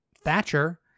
Thatcher